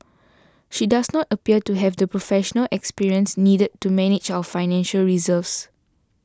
she does not appear to have the professional experience needed to manage our financial reserves